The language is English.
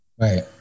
Right